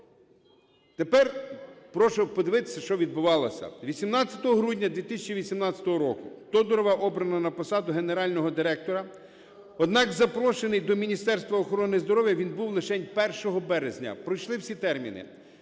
Тепер прошу подивитися, що відбувалося. 18 грудня 2018 року Тодорова обрано на посаду генерального директора. Однак запрошений до Міністерства охорони здоров'я він був лишень 1 березня. Пройшли всі терміни.